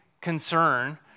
concern